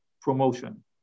promotion